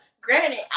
Granted